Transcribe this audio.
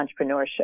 entrepreneurship